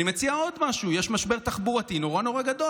אני מציע עוד משהו: יש משבר תחבורתי נורא נורא גדול.